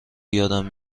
یادم